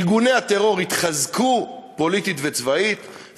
ארגוני הטרור התחזקו פוליטית וצבאית,